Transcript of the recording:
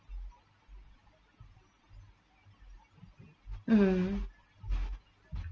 mm